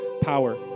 power